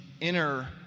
inner